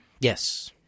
Yes